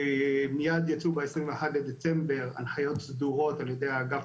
מייד יצאו ב-21.12.2021 הנחיות סדורות על ידי האגף